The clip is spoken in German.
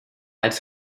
als